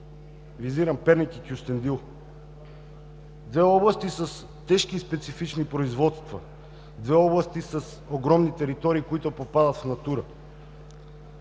Визирам Перник и Кюстендил – две области с тежки специфични производства, две области с огромни територии, които попадат в Натура.